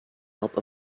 help